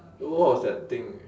what was that thing